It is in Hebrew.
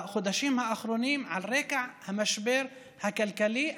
בחודשים האחרונים, על רקע המשבר הכלכלי.